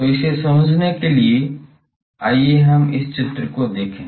तो इसे समझने के लिए आइए हम इस चित्र को देखें